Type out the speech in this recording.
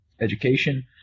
education